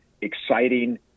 exciting